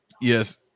Yes